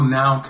now